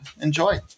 enjoy